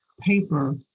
paper